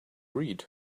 read